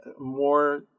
more